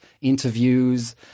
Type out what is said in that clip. interviews